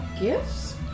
gifts